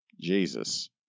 Jesus